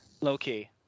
low-key